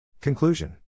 Conclusion